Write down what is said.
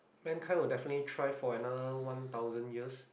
mankind will definitely try for another one thousand years